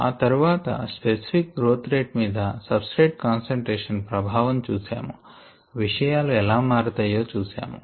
ఆ తర్వాత specific growth rate మీద సబ్స్ట్రేట్ కాన్సంట్రేషన్ ప్రభావం చూశాము విషయాలు ఎలా మారతాయో చూశాము